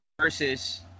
versus